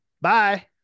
Bye